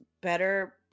better